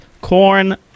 Corn